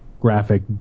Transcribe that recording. graphic